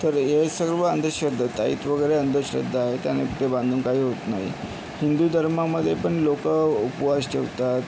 तर हे सर्व अंधश्रद्धा ताईत वगैरे अंधश्रद्धा आहे त्याने ते बांधून काही होत नाही हिंदू धर्मामध्ये पण लोकं उपवास ठेवतात